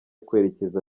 kwerekeza